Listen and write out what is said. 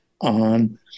on